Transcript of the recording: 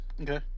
Okay